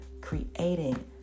creating